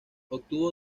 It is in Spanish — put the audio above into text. obtuvo